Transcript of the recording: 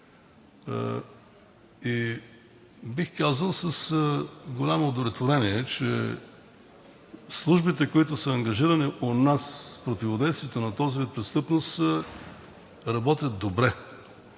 и бих казал с голямо удовлетворение, че службите, които са ангажирани у нас с противодействието на този вид престъпност, работят добре.